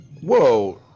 Whoa